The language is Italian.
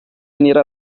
venire